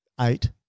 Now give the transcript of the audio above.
eight